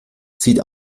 sieht